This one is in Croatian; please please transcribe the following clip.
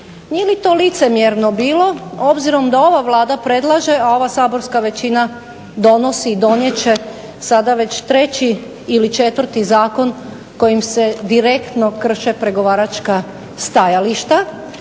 Nije li to licemjerno bilo obzirom da ova Vlada predlaže a ova saborska većina donosi i donijet će sada već treći ili četvrti zakon kojim se direktno krše pregovaračka stajališta.